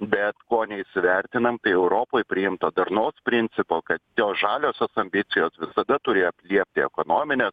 bet ko neįsivertinam tai europoj priimto darnaus principo kad jo žaliosios ambicijos visada turi atliepti ekonomines